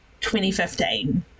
2015